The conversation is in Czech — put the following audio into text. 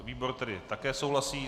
Výbor tedy také souhlasí.